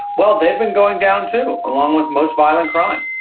well, they've been going down too, along with most violent crime.